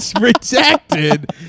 rejected